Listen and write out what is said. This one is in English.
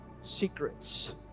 secrets